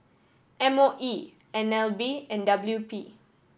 M O E N L B and W P